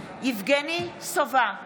יבגני סובה,